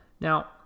Now